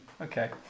okay